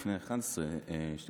לפני 12 שנים,